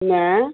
न